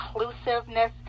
inclusiveness